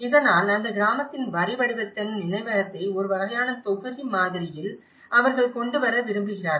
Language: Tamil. இதனால் அந்த கிராமத்தின் வரிவடிவத்தின் நினைவகத்தை ஒரு வகையான தொகுதி மாதிரியில் அவர்கள் கொண்டு வர விரும்புகிறார்கள்